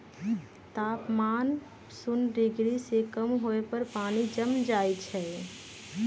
तापमान शुन्य डिग्री से कम होय पर पानी जम जाइ छइ